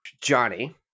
Johnny